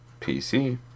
PC